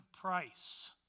price